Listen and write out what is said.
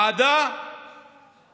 זו ועדה